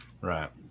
right